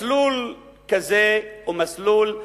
מסלול כזה הוא מסלול של